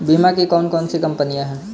बीमा की कौन कौन सी कंपनियाँ हैं?